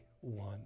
One